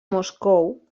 moscou